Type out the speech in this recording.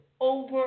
over